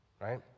right